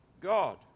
God